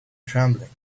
trembling